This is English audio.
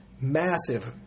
massive